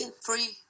free